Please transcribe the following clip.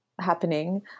happening